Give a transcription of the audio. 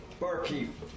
barkeep